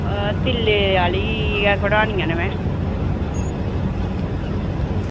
तिल्ले आह्ली ऐ गै कढानियां ऐ में